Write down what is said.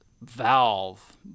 valve